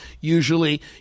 usually